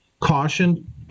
caution